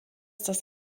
dass